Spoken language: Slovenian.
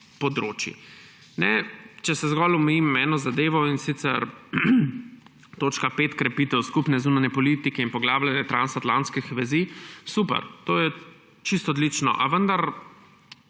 področij. Če se omejim zgolj na eno zadevo, in sicer 5. točka, krepitev skupne zunanje politike in poglabljanja transatlantskih vezi – super, to je čisto odlično, a vendar